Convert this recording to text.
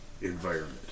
environment